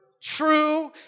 true